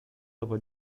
dopo